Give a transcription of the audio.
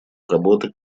работы